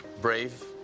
brave